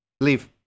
leave